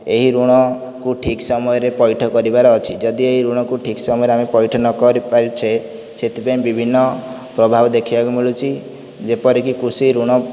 ଏହି ଋଣକୁ ଠିକ ସମୟରେ ପୈଠ କରିବାରେ ଅଛି ଯଦି ଏହି ଋଣକୁ ଠିକ ସମୟରେ ଆମେ ପୈଠ ନକରି ପାରୁଛେ ସେଥିପାଇଁ ବିଭିନ୍ନ ପ୍ରଭାବ ଦେଖିବାକୁ ମିଳୁଛି ଯେପରିକି କୃଷିଋଣ